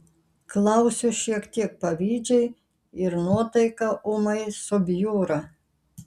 klausiu šiek tiek pavydžiai ir nuotaika ūmai subjūra